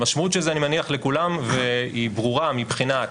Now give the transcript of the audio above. המשמעות של זה אני מניח לכולם, והיא ברורה מבחינת